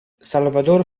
salvador